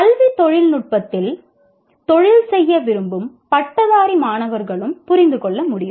கல்வி தொழில்நுட்பத்தில் தொழில் செய்ய விரும்பும் பட்டதாரி மாணவர்களும் புரிந்து கொள்ள முடியும்